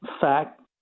fact